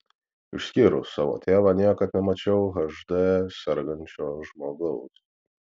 išskyrus savo tėvą niekad nemačiau hd sergančio žmogaus